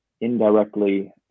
indirectly